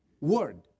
word